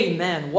Amen